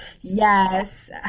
Yes